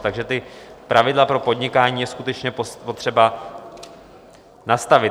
Takže ta pravidla pro podnikání je skutečně potřeba nastavit.